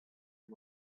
and